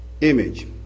image